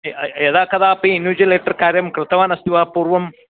य यदा कदापि इन्विजिलेटर् कार्यं कृतवानस्ति वा पूर्वम्